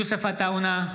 יוסף עטאונה,